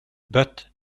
but